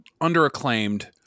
under-acclaimed